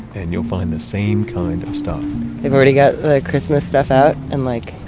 and you'll find the same kind of stuff they've already got the christmas stuff out, and like,